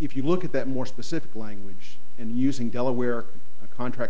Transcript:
if you look at that more specific language in using delaware a contract